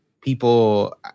people